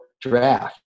draft